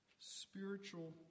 spiritual